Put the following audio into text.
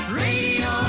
radio